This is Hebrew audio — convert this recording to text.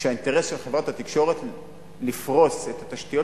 שהאינטרס של חברת התקשורת הוא לפרוס את התשתיות